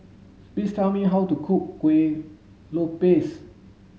please tell me how to cook Kueh lopes